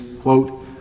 quote